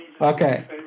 Okay